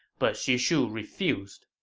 but xu shu refused.